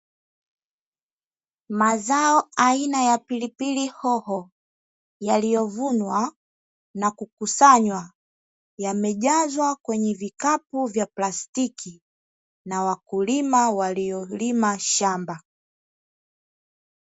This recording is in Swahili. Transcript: Mazao aina ya pili pili hoho, yaliyovunwa na kukusanywa. Yamejazwa kwenye vitalu vya plastiki na wakulima waliolima shamba.